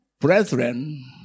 brethren